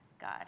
god